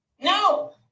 No